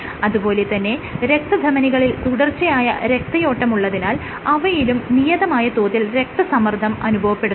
അതുപോലെ തന്നെ രക്തധമനികളിൽ തുടർച്ചയായ രക്തയോട്ടം ഉള്ളതിനാൽ അവയിലും നിയതമായ തോതിൽ രക്തസമ്മർദ്ദം അനുഭവപ്പെടുന്നുണ്ട്